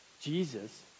Jesus